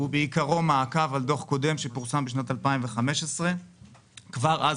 הוא בעיקרו מעקב על דוח קודם שפורסם בשנת 2015. כבר אז